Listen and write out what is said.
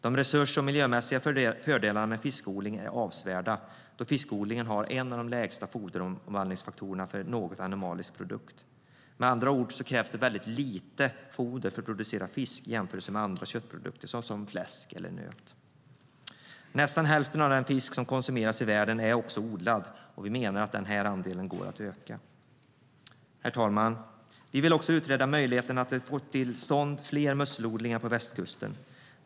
De resurs och miljömässiga fördelarna med fiskodling är avsevärda, då fiskodling har en av de lägsta foderomvandlingsfaktorerna för någon animalisk produkt. Med andra ord krävs det mycket lite foder för att producera fisk jämfört med köttprodukter som fläsk och nöt. Nästan hälften av den fisk som konsumeras i världen är odlad. Vi menar att denna andel går att öka. Herr talman! Vi vill utreda möjligheten att få till stånd fler musselodlingar på västkusten.